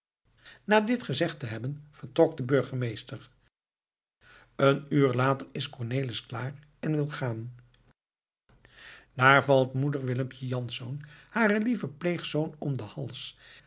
na dit gezegd te hebben vertrok de burgemeester een uur later is cornelis klaar en wil gaan daar valt moeder willempje jansz haren lieven pleegzoon om den hals